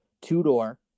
two-door